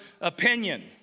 opinion